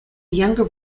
younger